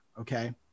Okay